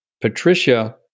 Patricia